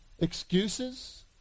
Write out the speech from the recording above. excuses